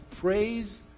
praise